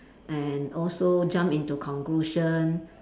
and also jump into conclusion